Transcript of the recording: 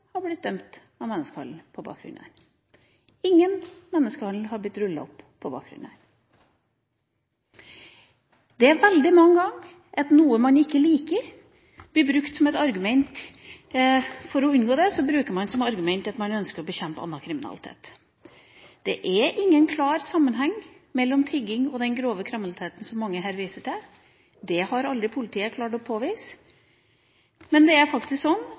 er blitt dømt for menneskehandel på bakgrunn av den. Ingen menneskehandel er blitt rullet opp på bakgrunn av den. Det er veldig mange ganger at for å unngå noe man ikke liker, bruker man som argument at man ønsker å bekjempe annen kriminalitet. Det er ingen klar sammenheng mellom tigging og den grove kriminaliteten som mange her viser til. Det har aldri politiet klart å påvise. Men vi må dømme folk for den kriminaliteten de gjør, og ikke fordi vi ikke liker dem. Det